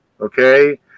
Okay